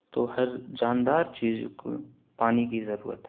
تو ہر جاندار چیز کو پانی کی ضرورت ہے